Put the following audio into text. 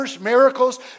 miracles